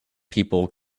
people